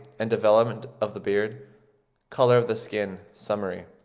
and development of the beard colour of the skin summary.